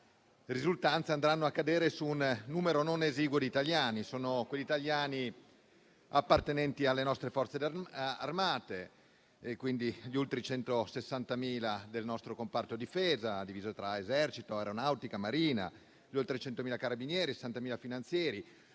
cui risultanze andranno a ricadere su un numero non esiguo di italiani appartenenti alle nostre Forze armate: sono oltre 160.000 del nostro comparto difesa diviso tra Esercito, Aeronautica, Marina; oltre 100.000 carabinieri e 60.000 finanzieri.